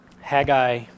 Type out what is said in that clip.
Haggai